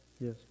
yes